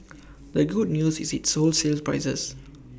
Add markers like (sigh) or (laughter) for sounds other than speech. the good news is its wholesale prices (noise)